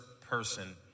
person